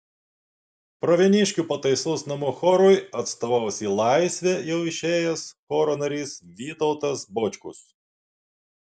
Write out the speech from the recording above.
pravieniškių pataisos namų chorui atstovaus į laisvę jau išėjęs choro narys vytautas bočkus